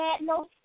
no